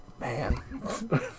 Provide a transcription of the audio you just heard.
Man